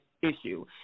issue